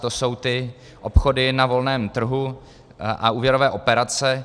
To jsou ty obchody na volném trhu a úvěrové operace.